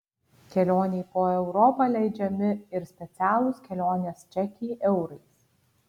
kelionei po europą leidžiami ir specialūs kelionės čekiai eurais